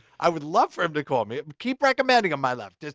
i would love for him to call me. keep recommending him, my love. just,